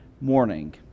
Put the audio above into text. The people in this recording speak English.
morning